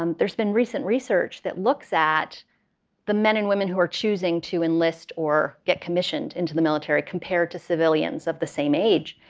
um there's been recent research that looks at the men and women who are choosing to enlist or get commissioned into the military compared to civilians of the same age.